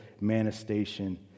manifestation